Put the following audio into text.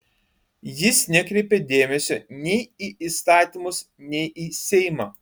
jis nekreipia dėmesio nei į įstatymus nei į seimą